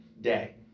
day